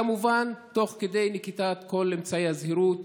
כמובן תוך נקיטת כל אמצעי הזהירות